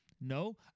No